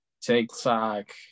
TikTok